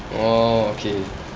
oh okay